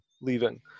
leaving